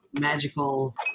Magical